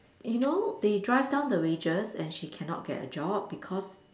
you know they drive down the wages and she cannot get a job because